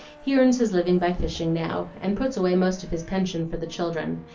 he earns his living by fishing now, and puts away most of his pension for the children.